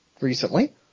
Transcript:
recently